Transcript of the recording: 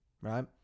right